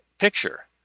picture